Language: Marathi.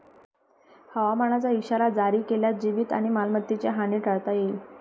हवामानाचा इशारा जारी केल्यास जीवित आणि मालमत्तेची हानी टाळता येईल